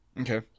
Okay